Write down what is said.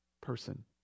person